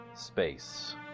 space